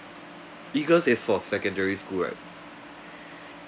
eagles is for secondary school right